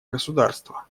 государство